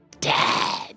dead